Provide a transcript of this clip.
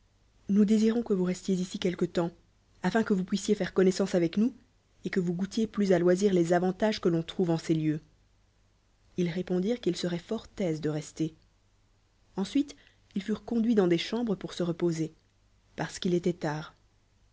nous désirons qui voup restiez ici quelque temps afi que vous puissiez faire connoiesano avec nous et que vous goûtiez plu à loisir les avantages que l'on trouv en ces lieux ils répondirent qu'il seroient fort aises de rester ensuit ils furent conduits dans des cham bree pour se reposer parce qu'i étoit tard